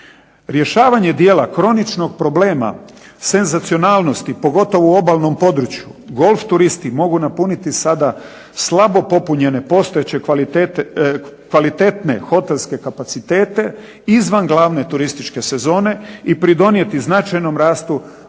Rješavanje dijela kroničnog problema senzacionalnosti pogotovo u obalnom području golf turisti mogu napuniti sada slabo popunjene postojeće kvalitetne hotelske kapacitete izvan glavne turističke sezone i pridonijeti značajnom rastu